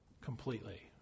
completely